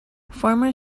former